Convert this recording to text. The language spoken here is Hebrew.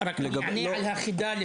רק תענה על החידה לפני זה.